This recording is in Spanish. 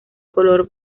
color